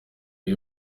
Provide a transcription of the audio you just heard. iyi